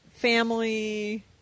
family